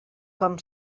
com